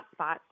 Hotspots